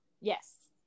Yes